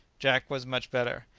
jack was much better.